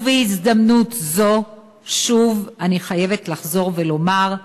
ובהזדמנות זו אני חייבת לחזור ולומר,